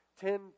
ten